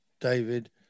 David